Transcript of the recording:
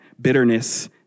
bitterness